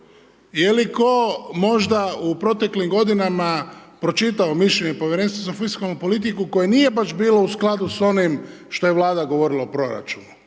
Je li tko možda u proteklim godinama pročitao mišljenje Povjerenstva za fiskalnu politiku koje nije baš bilo u skladu s onim što je Vlada govorila o proračunu?